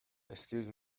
excuse